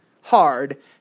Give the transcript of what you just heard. hard